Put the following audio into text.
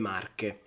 Marche